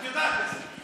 את יודעת את זה.